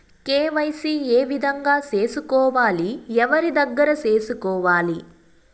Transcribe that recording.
KYC ఏ విధంగా సేసుకోవాలి? ఎవరి దగ్గర సేసుకోవాలి?